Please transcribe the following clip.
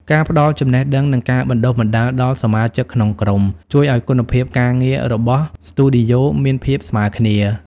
ការផ្ដល់ចំណេះដឹង និងការបណ្ដុះបណ្ដាលដល់សមាជិកក្នុងក្រុម ជួយឱ្យគុណភាពការងាររបស់ស្ទូឌីយ៉ូមានភាពស្មើគ្នា។